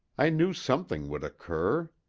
i knew something would occur.